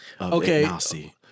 Okay